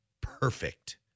perfect